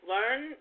Learn